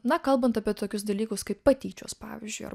na kalbant apie tokius dalykus kaip patyčios pavyzdžiui ar